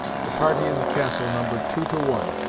the party in the castle numbered two to one,